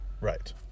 Right